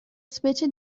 specie